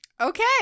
Okay